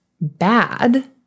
bad